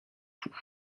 fou